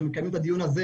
מקיימים את הדיון הזה